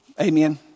Amen